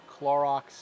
Clorox